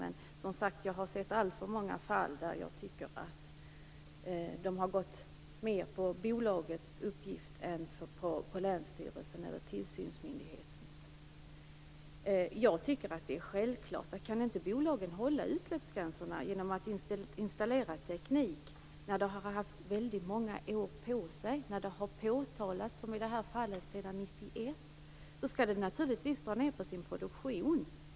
Men jag har sett alltför många fall där man har gått mer på bolagets uppgift än tillsynsmyndighetens. Om inte bolagen kan hålla utsläppsgränserna genom att installera ny teknik, skall de naturligtvis dra ned på sin produktion. Det är självklart. De har haft många år på sig. I det fall jag nämnde hade utsläppen påtalats sedan 1991.